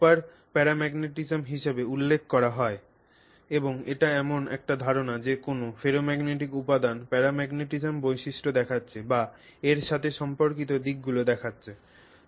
এটিকে super paramagnetism হিসাবে উল্লেখ করা হয় এবং এটি এমন একটি ধারণা যে কোনও ফেরোম্যাগনেটিক উপাদান প্যারাম্যাগনেটিজম বৈশিষ্ট্য দেখাচ্ছে বা এর সাথে সম্পর্কিত দিকগুলি দেখাচ্ছে